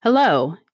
Hello